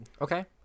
Okay